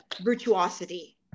virtuosity